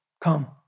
Come